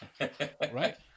right